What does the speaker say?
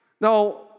Now